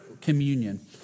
communion